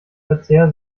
verzehr